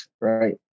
right